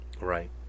Right